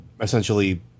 essentially